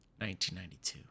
1992